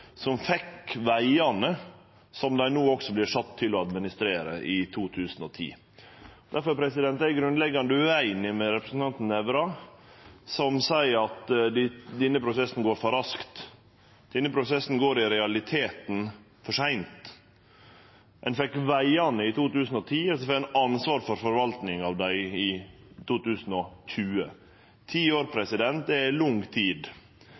som fekk vegane i 2010, som dei no også vert sette til å administrere. Difor er eg grunnleggjande ueinig med representanten Nævra, som seier at denne prosessen går for raskt. Denne prosessen går i realiteten for seint. Ein fekk vegane i 2010, og så får ein ansvaret for forvaltninga av dei i 2020. Ti år er lang tid. Det er to årsaker til at vi bør gjennomføre dette i